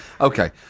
okay